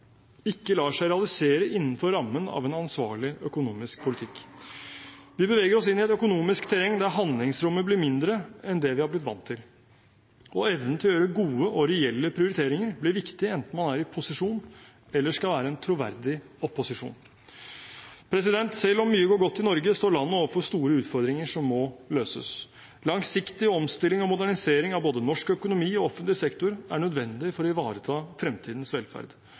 ikke lar seg realisere innenfor rammen av en ansvarlig økonomisk politikk. Vi beveger oss inn i et økonomisk terreng der handlingsrommet blir mindre enn det vi har blitt vant til. Evnen til å gjøre gode og reelle prioriteringer blir viktig, enten man er i posisjon eller skal være en troverdig opposisjon. Selv om mye går godt i Norge, står landet overfor store utfordringer som må løses. Langsiktig omstilling og modernisering av både norsk økonomi og offentlig sektor er nødvendig for å ivareta fremtidens velferd.